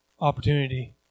opportunity